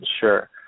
Sure